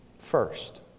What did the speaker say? first